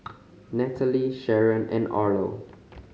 Nataly Sharron and Orlo